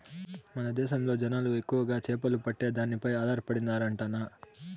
మన దేశంలో జనాలు ఎక్కువగా చేపలు పట్టే దానిపై ఆధారపడినారంటన్నా